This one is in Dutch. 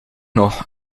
nog